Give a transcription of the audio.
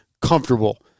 comfortable